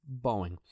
Boeing